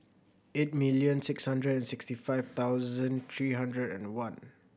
eight million six hundred and sixty five thousand three hundred and one